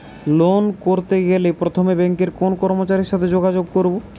Loan করতে গেলে প্রথমে ব্যাঙ্কের কোন কর্মচারীর সাথে যোগাযোগ করব?